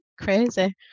crazy